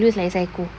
he looks like psycho